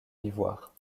ivoire